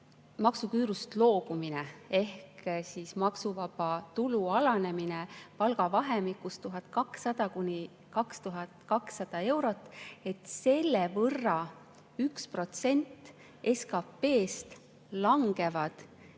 maksuküürust loobumine ehk siis maksuvaba tulu alanemine palgavahemikus 1200–2200 eurot – selle võrra 1% SKP-st langevad